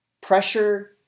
pressure